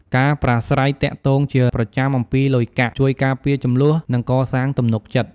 ការប្រាស្រ័យទាក់ទងជាប្រចាំអំពីលុយកាក់ ជួយការពារជម្លោះ និងកសាងទំនុកចិត្ត។